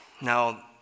Now